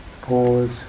pause